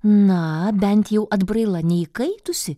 na bent jau atbraila neįkaitusi